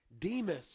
Demas